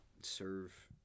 serve